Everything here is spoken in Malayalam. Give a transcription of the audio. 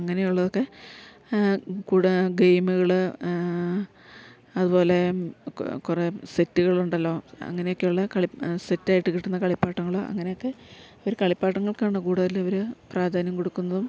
അങ്ങനെ ഉള്ളതൊക്കെ കൂടെ ഗെയ്മ്കള് അത്പോലെ കുറെ സെറ്റുകളുണ്ടല്ലോ അങ്ങനെ ഒക്കെ ഉള്ള കളി സെറ്റായിട്ട് കിട്ടുന്ന കളിപ്പാട്ടങ്ങള് അങ്ങനെ ഒക്കെ അവര് കളിപ്പാട്ടങ്ങൾക്കാണ് കൂടുതലവര് പ്രാധാന്യം കൊടുക്കുന്നതും